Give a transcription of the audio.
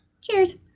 Cheers